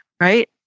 right